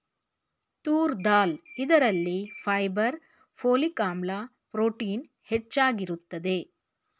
ತೂರ್ ದಾಲ್ ಇದರಲ್ಲಿ fibre, folic ಆಮ್ಲ, protein ಹೆಚ್ಚಾಗಿರುತ್ತದೆ